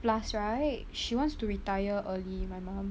plus right she wants to retire early my mum